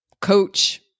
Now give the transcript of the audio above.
coach